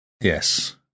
Yes